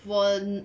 will